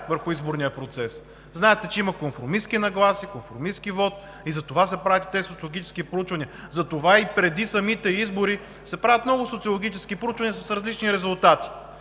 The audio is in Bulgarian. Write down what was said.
върху изборния процес. Знаете, че има конформистки нагласи, конформистки вот и затова се правят и тези социологически проучвания. Затова и преди самите избори се правят много социологически проучвания с различни резултати,